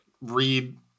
read